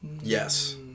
Yes